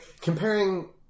Comparing